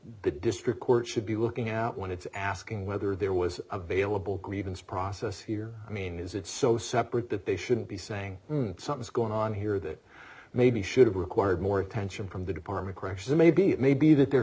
the district court should be looking at when it's asking whether there was available grievance process here i mean is it so separate that they shouldn't be saying something's going on here that maybe should have required more attention from the department pressures maybe it may be that they're